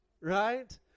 right